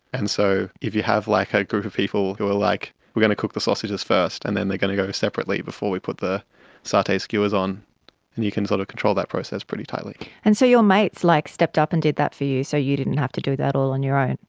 and so if you have like a group of people who are, like, we are going to cook the sausages first and then they are going to go separately before we put the satay skewers on and you can sort of control that process pretty tightly. and so your mates like stepped up and did that for you so you didn't have to do that all on your own.